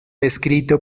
escrito